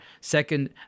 Second